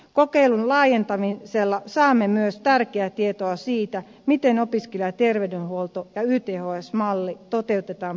kokeilun laajentamisella saamme myös tärkeää tietoa siitä miten opiskelijaterveydenhuolto ja yths malli toteutetaan pienemmillä paikkakunnilla